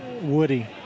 Woody